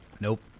Nope